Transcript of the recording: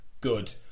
good